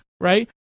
right